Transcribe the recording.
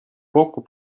kokku